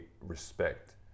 respect